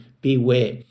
Beware